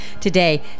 Today